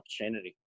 opportunity